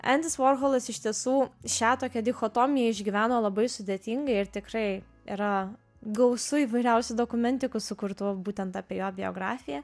endis vorholas iš tiesų šią tokią dichotomiją išgyveno labai sudėtingai ir tikrai yra gausu įvairiausių dokumentikų sukurtų būtent apie jo biografiją